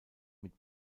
mit